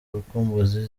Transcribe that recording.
urukumbuzi